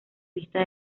vista